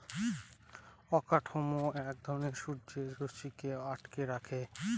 অবকাঠামো এক ঘরে সূর্যের রশ্মিকে আটকে রাখে